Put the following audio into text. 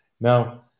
Now